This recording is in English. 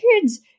kids